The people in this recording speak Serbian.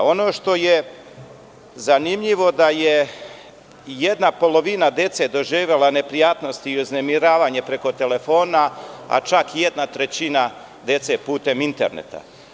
Ono što je zanimljivo jeste da je jedna polovina dece doživela neprijatnost i uznemiravanje preko telefona, a čak jedna trećina dece putem interneta.